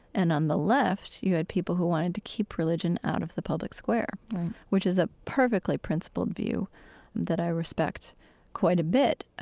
and on the left you had people who wanted to keep religion out of the public square right which is a perfectly principled view that i respect quite a bit.